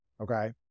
okay